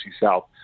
South